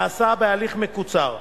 נעשה בהליך מקוצר,